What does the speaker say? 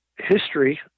history